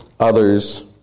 others